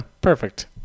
Perfect